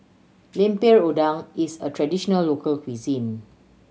Lemper Udang is a traditional local cuisine